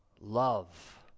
love